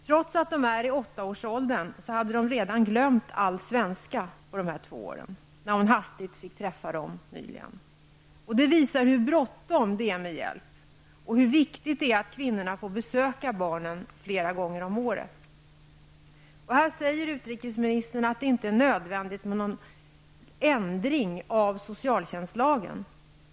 Trots att dessa är i åttaårsåldern hade de redan glömt all svenska på dessa två år, när hon nyligen hastigt fick träffa dem. Det visar hur bråttom det är med hjälp och hur viktigt det är att kvinnorna får besöka barnen flera gånger om året. Här säger utrikesministern att det inte är nödvändigt med någon ändring av socialtjänstlagen.